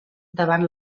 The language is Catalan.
davant